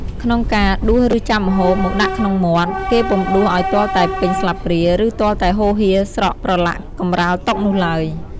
ក្នុងការដួសឬចាប់ម្ហូបមកដាក់ក្នុងមាត់ គេពុំដួសឲ្យទាល់តែពេញស្លាបព្រាឬទាល់តែហូរហៀរស្រក់ប្រឡាក់កម្រាលតុនោះឡើយ ។